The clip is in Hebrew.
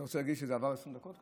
אתה רוצה להגיד שעברו כבר 20 דקות?